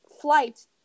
flight